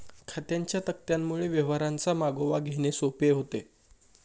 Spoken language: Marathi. खात्यांच्या तक्त्यांमुळे व्यवहारांचा मागोवा घेणे सोपे होते